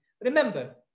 Remember